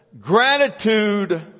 gratitude